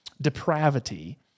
depravity